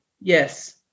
Yes